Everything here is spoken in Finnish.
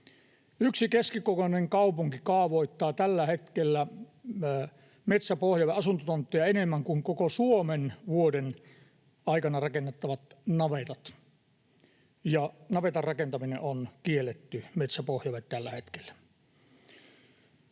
Yksi keskikokoinen kaupunki kaavoittaa tällä hetkellä metsäpohjalle asuntotontteja enemmän kuin koko Suomen vuoden aikana rakennettavat navetat, ja navetan rakentaminen on kielletty metsäpohjalle tällä hetkellä.